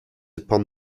upon